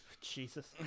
Jesus